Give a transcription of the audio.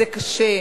זה קשה,